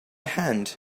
hand